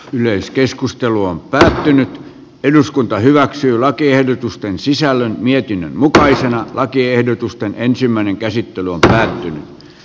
yleiskeskustelu on päätynyt eduskunta hyväksyy lakiehdotusten sisällön mietinnön mukaisena lakiehdotusta ensimmäinen käsittely on päättynyt